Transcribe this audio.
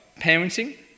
parenting